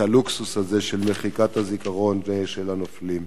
הלוקסוס הזה של מחיקת הזיכרון של הנופלים.